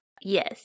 Yes